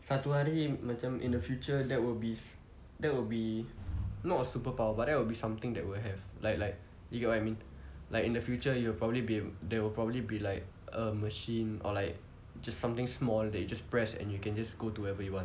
satu hari macam in the future that will be that will be not a superpower but that would be something that well have like like you get what I mean like in the future you will probably be there will probably be like a machine or like just something small that you just press and you can just go to wherever you want